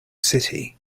city